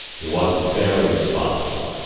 you wasn't fairly responsible.